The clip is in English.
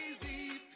Crazy